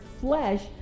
flesh